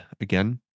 again